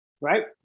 right